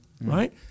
Right